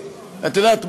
את יודעת,